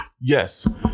Yes